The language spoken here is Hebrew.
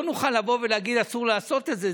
לא נוכל לבוא ולהגיד: אסור לעשות את זה,